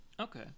okay